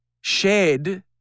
shared